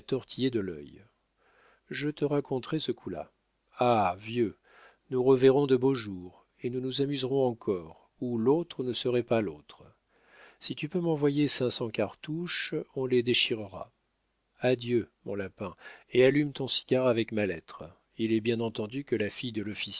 de l'œil je te raconterai ce coup-là ah vieux nous reverrons de beaux jours et nous nous amuserons encore ou l'autre ne serait pas l'autre si tu peux m'envoyer cinq cents cartouches on les déchirera adieu mon lapin et allume ton cigare avec ma lettre il est bien entendu que la fille de